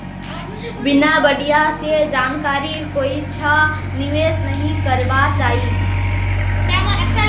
बिना बढ़िया स जानकारीर कोइछा निवेश नइ करबा चाई